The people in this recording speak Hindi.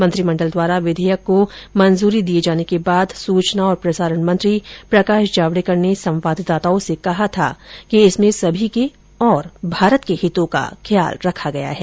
मंत्रिमंडल द्वारा विधेयक को मंजूरी दिये जाने के बाद सूचना और प्रसारण मंत्री प्रकाश जावड़ेकर ने संवाददाताओं से कहा था इसमें सभी के तथा भारत के हितों का ख्याल रखा गया है